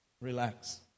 relax